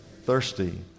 Thirsty